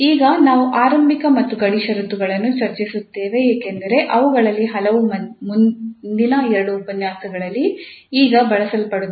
ಈಗ ನಾವು ಆರಂಭಿಕ ಮತ್ತು ಗಡಿ ಷರತ್ತುಗಳನ್ನು ಚರ್ಚಿಸುತ್ತೇವೆ ಏಕೆಂದರೆ ಅವುಗಳಲ್ಲಿ ಹಲವು ಮುಂದಿನ ಎರಡು ಉಪನ್ಯಾಸಗಳಲ್ಲಿ ಈಗ ಬಳಸಲ್ಪಡುತ್ತವೆ